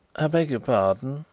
i beg your pardon,